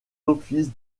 offices